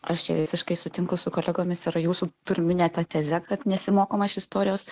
aš čia visiškai sutinku su kolegomis ir jūsų pirmine ta teze kad nesimokoma iš istorijos